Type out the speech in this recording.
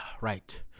Right